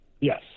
yes